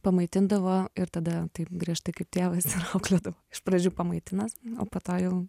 pamaitindavo ir tada taip griežtai kaip tėvas ir auklėdavo iš pradžių pamaitina o po to jau